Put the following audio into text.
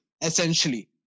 essentially